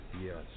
Yes